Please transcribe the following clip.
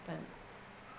happen